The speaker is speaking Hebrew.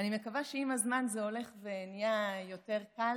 אני מקווה שעם הזמן זה הולך ונהיה יותר קל,